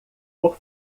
por